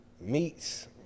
meats